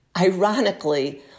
ironically